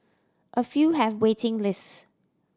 a few have waiting lists